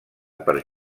per